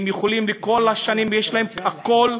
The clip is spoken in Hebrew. וכל השנים יש להם הכול.